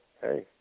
hey